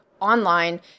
online